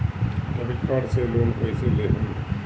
Debit card से loan कईसे लेहम?